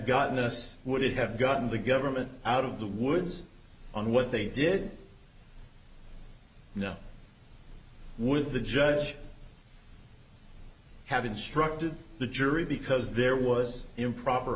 gotten us would it have gotten the government out of the woods on what they did with the judge have instructed the jury because there was improper